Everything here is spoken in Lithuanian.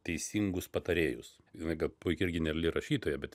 teisingus patarėjus jinai puiki ir geniali rašytoja bet